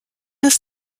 ist